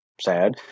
sad